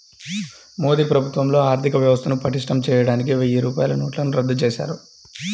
మోదీ ప్రభుత్వంలో ఆర్ధికవ్యవస్థను పటిష్టం చేయడానికి వెయ్యి రూపాయల నోట్లను రద్దు చేశారు